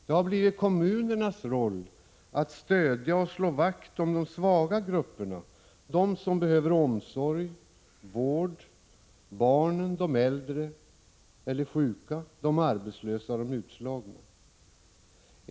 Det har blivit kommunernas roll att stödja och slå vakt om de svaga grupperna — de som behöver omsorg eller vård, barnen, de äldre, de sjuka, de arbetslösa och de utslagna.